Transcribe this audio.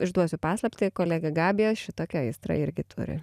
išduosiu paslaptį kolegė gabija šitokią aistrą irgi turi